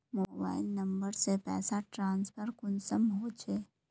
Mobile number से पैसा transfer कुंसम होचे?